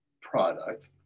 product